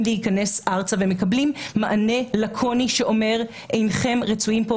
להיכנס ארצה ומקבלים מענה לקוני שאומר אינכם רצויים כאן.